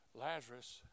Lazarus